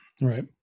Right